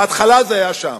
בהתחלה זה היה שם.